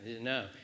No